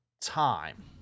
time